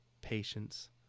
patience